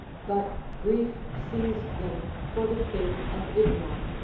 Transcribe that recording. but grief seized them for the fate of idmon.